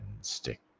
stick